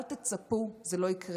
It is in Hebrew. אל תצפו, זה לא יקרה.